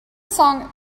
song